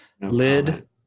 lid